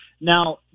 Now